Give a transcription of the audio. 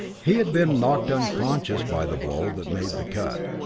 he had been knocked unconscious by the blow that made the cut,